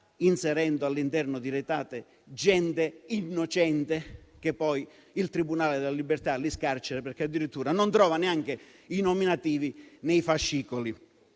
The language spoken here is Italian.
inserendo al loro interno gente innocente che poi il tribunale della libertà scarcera perché addirittura non trova neanche i nominativi nei fascicoli.